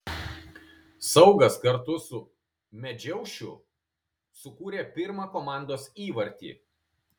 saugas kartu su medžiaušiu sukūrė pirmą komandos įvartį